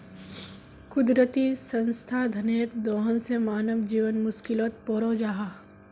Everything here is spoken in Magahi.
कुदरती संसाधनेर दोहन से मानव जीवन मुश्कीलोत पोरे जाहा